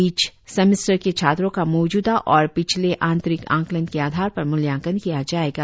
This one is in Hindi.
बीच सेमेस्टर के छात्रों का मौजूदा और पिछले आंतरिक आंकलन के आधार पर मूल्यांकन किया जाएगा